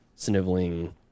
Sniveling